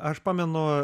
aš pamenu